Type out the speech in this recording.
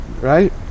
right